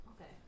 Okay